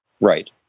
Right